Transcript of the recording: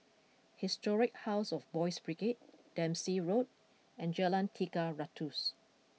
Historic House of Boys' Brigade Dempsey Road and Jalan Tiga Ratus